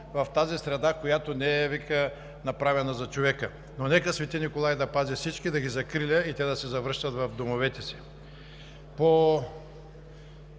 в тази среда, която не е направена за човека!“ Нека свети Николай да пази всички, да ги закриля и те да се завръщат в домовете си! По